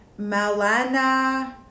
malana